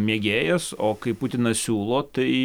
mėgėjas o kai putinas siūlo tai